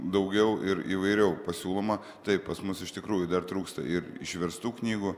daugiau ir įvairiau pasiūloma tai pas mus iš tikrųjų dar trūksta ir išverstų knygų